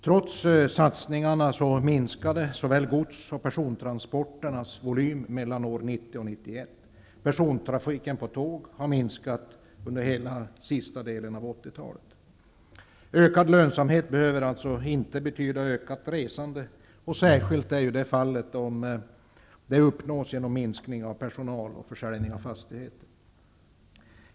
Trots satsningarna minskade såväl gods som persontransporterna mellan 1990 och 1991. Ökad lönsamhet behöver alltså inte betyda ökat resande. Särskilt är det fallet om lönsamheten uppnås genom minskning av personal och försäljning av fastigheter.